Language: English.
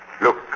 Look